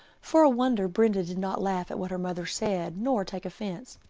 for a wonder brenda did not laugh at what her mother said, nor take offence.